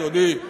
אדוני,